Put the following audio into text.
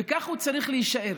וככה הוא צריך להישאר.